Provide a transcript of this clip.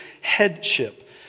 headship